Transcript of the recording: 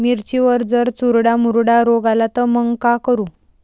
मिर्चीवर जर चुर्डा मुर्डा रोग आला त मंग का करू?